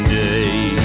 day